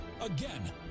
Again